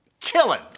killing